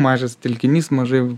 mažas telkinys mažai